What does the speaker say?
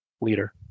leader